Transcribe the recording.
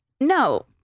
No